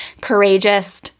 courageous